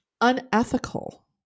unethical